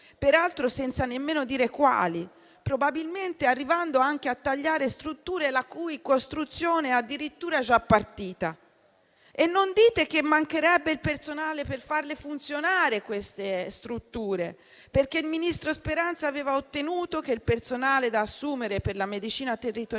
peraltro senza nemmeno dire quali e probabilmente arrivando a tagliare strutture la cui costruzione è addirittura già partita. Non dite che mancherebbe il personale per far funzionare queste strutture, perché il ministro Speranza aveva ottenuto che il personale da assumere per la medicina territoriale